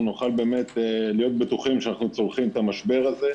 נוכל להיות בטוחים שאנחנו צולחים את המשבר הזה.